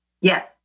Yes